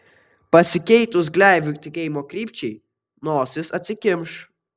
pasikeitus gleivių tekėjimo krypčiai nosis atsikimš